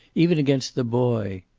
even against the boy.